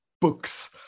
books